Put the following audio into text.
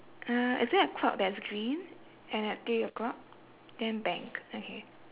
uh is there a clock that's green and at three o'clock then bank okay